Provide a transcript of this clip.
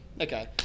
Okay